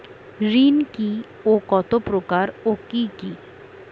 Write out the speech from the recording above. ঋণ কি ও কত প্রকার ও কি কি?